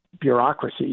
bureaucracy